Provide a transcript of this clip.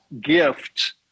gift